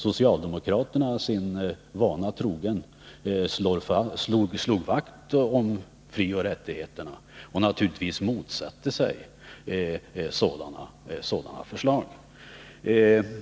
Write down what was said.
Socialdemokraterna sin vana trogna slog vakt om frioch rättigheterna och naturligtvis motsatte de sig sådana förslag.